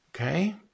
okay